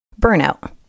burnout